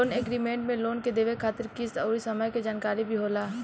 loan agreement में loan के देवे खातिर किस्त अउर समय के जानकारी भी होला